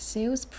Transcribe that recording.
Sales